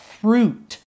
fruit